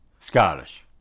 scottish